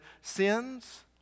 sins